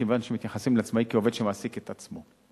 כיוון שמתייחסים לעצמאי כעובד שמעסיק את עצמו.